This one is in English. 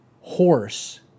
horse